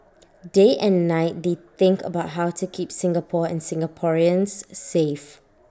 day and night they think about how to keep Singapore and Singaporeans safe